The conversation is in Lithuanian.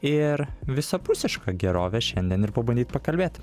ir visapusišką gerovę šiandien ir pabandyt pakalbėt